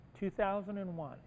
2001